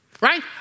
right